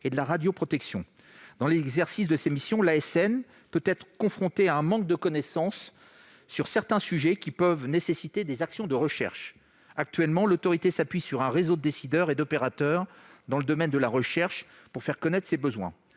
de ses missions, l'Autorité de sûreté nucléaire (ASN) peut être confrontée à un manque de connaissances sur certains sujets, qui peuvent nécessiter des actions de recherche. Actuellement, l'autorité s'appuie sur un réseau de décideurs et d'opérateurs dans le domaine de la recherche pour faire connaître ses besoins.